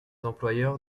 employeurs